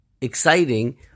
exciting